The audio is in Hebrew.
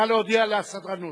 נא להודיע לסדרנות.